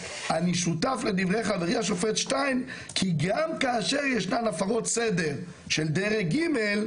"אני שותף לדברי חברי השופט שטיין כי גם כאשר ישנן הפרות סדר של דרג ג',